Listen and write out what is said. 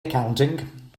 accounting